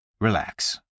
Relax